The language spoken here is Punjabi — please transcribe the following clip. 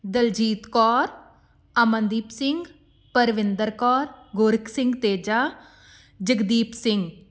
ਦਲਜੀਤ ਕੌਰ ਅਮਨਦੀਪ ਸਿੰਘ ਪਰਵਿੰਦਰ ਕੌਰ ਗੋਰਖ ਸਿੰਘ ਤੇਜਾ ਜਗਦੀਪ ਸਿੰਘ